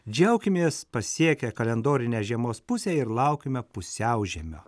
džiaukimės pasiekę kalendorinę žiemos pusę ir laukime pusiaužiemio